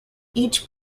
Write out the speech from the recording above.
each